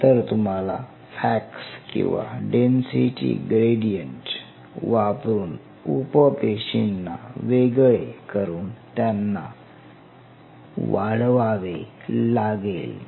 नंतर तुम्हाला फॅक्स किंवा डेन्सिटी ग्रेडियंट वापरून उप पेशीना वेगळे करून त्यांना वाढवावे लागेल